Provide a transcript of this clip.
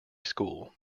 school